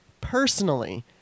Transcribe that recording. personally